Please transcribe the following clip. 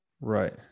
Right